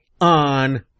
on